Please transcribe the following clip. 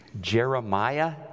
Jeremiah